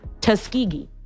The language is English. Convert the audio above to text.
Tuskegee